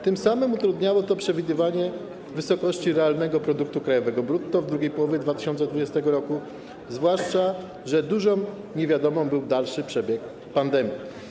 Tym samym utrudniało to przewidywanie wysokości realnego produktu krajowego brutto w drugiej połowie 2020 r., zwłaszcza że dużą niewiadomą był dalszy przebieg pandemii.